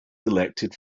elected